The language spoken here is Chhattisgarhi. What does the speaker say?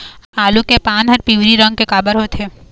आलू के पान हर पिवरी रंग के काबर होथे?